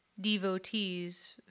Devotees